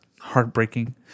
heartbreaking